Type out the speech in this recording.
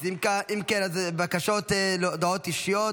אוקיי, אז אם כן, אז בקשות להודעות אישיות.